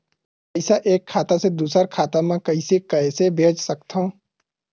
पईसा एक खाता से दुसर खाता मा कइसे कैसे भेज सकथव?